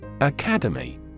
Academy